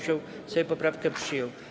Sejm poprawkę przyjął.